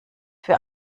für